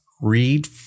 read